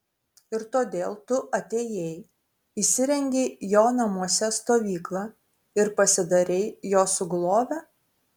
ir todėl tu atėjai įsirengei jo namuose stovyklą ir pasidarei jo sugulove